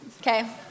okay